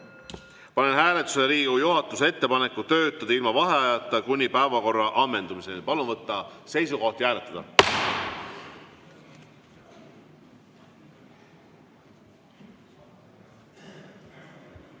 Panen hääletusele Riigikogu juhatuse ettepaneku töötada ilma vaheajata kuni päevakorra ammendumiseni. Palun võtta seisukoht ja hääletada!